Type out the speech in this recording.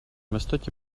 востоке